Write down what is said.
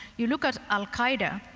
you look at al-qaeda,